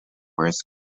worst